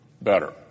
better